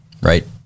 right